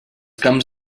camps